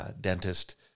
dentist